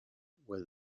was